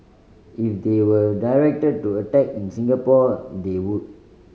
if they were directed to attack in Singapore they would